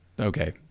okay